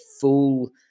full